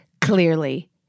clearly